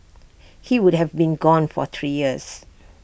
he would have been gone for three years